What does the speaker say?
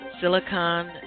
silicon